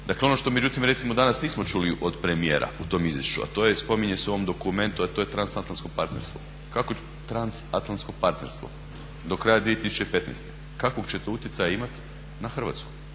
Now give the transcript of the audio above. Dakle, ono što međutim recimo danas nismo čuli od premijera u tom izvješću, a to je spominje se u ovom dokumentu, a to je transatlantsko partnerstvo do kraja 2015. Kakvog će to utjecaja imati na Hrvatsku?